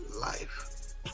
life